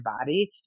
body